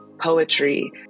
poetry